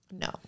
No